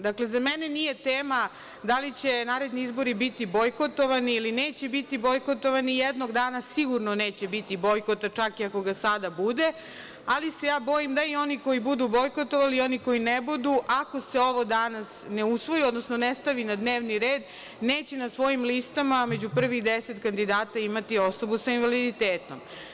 Dakle, za mene nije tema da li će naredni izbori biti bojkotovani ili neće biti bojkotovani, jednog dana sigurno neće biti bojkota, čak i ako ga sada bude, ali se ja bojim da i oni koji budu bojkotovali i oni koji ne budu, ako se ovo danas ne usvoji, odnosno ne stavi na dnevni red, neće na svojim listama među prvih 10 kandidata imati osobu sa invaliditetom.